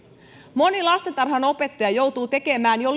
moni lastentarhanopettaja joutuu tekemään jo